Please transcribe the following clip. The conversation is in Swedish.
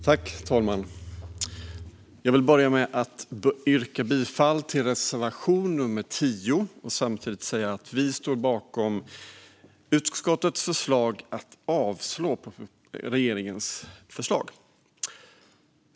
Fru talman! Jag vill börja med att yrka bifall till reservation 10 och samtidigt säga att vi står bakom utskottets förslag att avslå regeringens förslag.